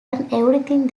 everything